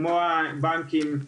כמו הבנקים בישראל,